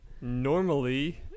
normally